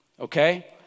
Okay